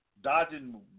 dodging